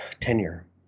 tenure